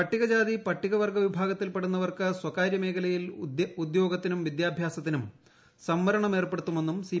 പട്ടികജാതി പട്ടികവർഗ്ഗ വിഭാഗത്തിൽപ്പെടുന്നവർക്ക് സ്ഥകാര്യ മേഖലയിൽ ഉദ്യോഗത്തിനും വിദ്യാഭ്യാസത്തിനും സംവരണം ഏർപ്പെടുത്തുമെന്നും സി